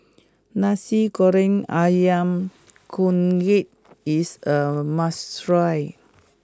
Nasi Goreng Ayam Kunyit is a must try